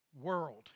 world